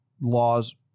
laws